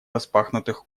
распахнутых